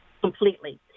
completely